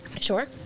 sure